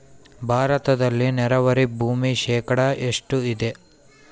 ಭಾರತದಲ್ಲಿ ನೇರಾವರಿ ಭೂಮಿ ಶೇಕಡ ಎಷ್ಟು ಇದೆ?